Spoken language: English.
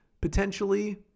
potentially